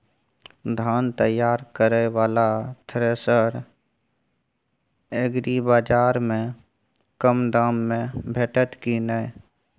धान तैयार करय वाला थ्रेसर एग्रीबाजार में कम दाम में भेटत की नय?